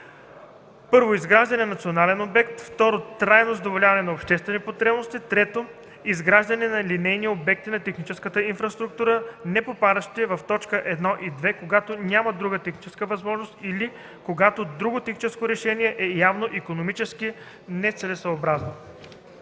1. изграждане на национален обект; 2. трайно задоволяване на обществени потребности; 3. изграждане на линейни обекти на техническата инфраструктура, непопадащи в т. 1 и 2, когато няма друга техническа възможност, или когато друго техническо решение е явно икономически нецелесъобразно”.